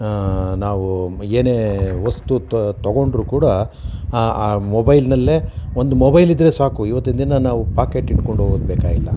ನಾವು ಏನೇ ವಸ್ತು ತೊಗೊಂಡ್ರು ಕೂಡ ಆ ಆ ಮೊಬೈಲ್ನಲ್ಲೇ ಒಂದು ಮೊಬೈಲ್ ಇದ್ದರೆ ಸಾಕು ಇವತ್ತಿನ ದಿನ ನಾವು ಪಾಕೇಟ್ ಇಟ್ಕೊಂಡು ಹೋಗೋದ್ಬೇಕಾಗಿಲ್ಲ